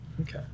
Okay